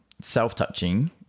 self-touching